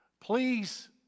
Please